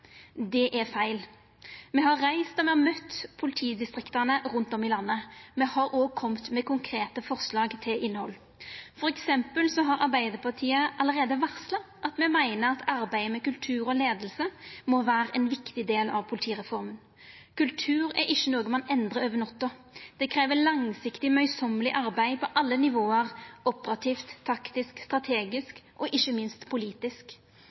Det er feil. Me har reist rundt og møtt politidistrikta rundt om i landet. Me har òg kome med konkrete forslag til innhald. For eksempel har Arbeidarpartiet allereie varsla at me meiner arbeidet med kultur og leiing må vera ein viktig del av politireforma. Kultur er ikkje noko ein endrar over natta. Det krev eit langsiktig, omstendeleg arbeid på alle nivå – operativt, taktisk, strategisk og ikkje minst politisk.